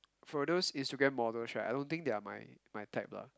for those Instagram models right I don't think they are my my type lah